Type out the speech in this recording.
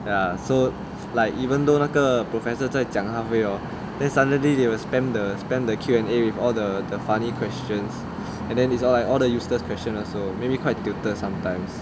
ya so like even though 那个 professor 在讲 halfway hor then suddenly they will spam the spam the Q&A with all the the funny questions and then it's like all the useless question lah so maybe quite tilted sometimes